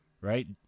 right